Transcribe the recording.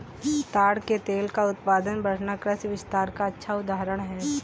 ताड़ के तेल का उत्पादन बढ़ना कृषि विस्तार का अच्छा उदाहरण है